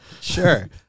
Sure